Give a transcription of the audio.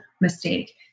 mistake